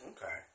Okay